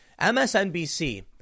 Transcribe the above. MSNBC